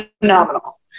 phenomenal